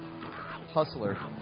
hustler